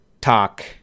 talk